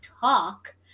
talk